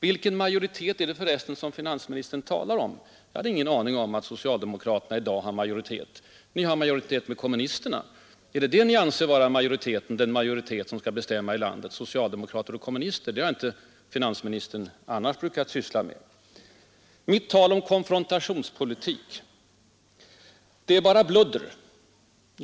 Vilken majoritet är det för resten som finansministern talar om? Jag hade ingen aning om att socialdemokraterna i dag har majoritet. Ni har majoritet med kommunisterna är det detta som ni anser vara den majoritet som skall bestämma i landet? En majoritet av socialdemokrater och kommunister har finansministern annars inte brukat syssla med. Mitt tal om konfrontationspolitik är bara ”bludder”, säger herr Sträng.